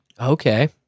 Okay